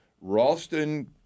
Ralston